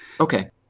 okay